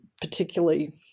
particularly